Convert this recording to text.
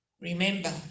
remember